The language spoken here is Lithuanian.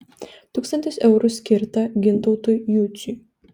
tūkstantis eurų skirta gintautui jučiui